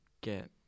get